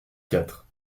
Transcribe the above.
quatre